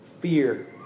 fear